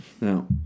No